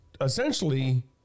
Essentially